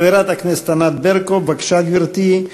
חברת הכנסת ענת ברקו, בבקשה, גברתי.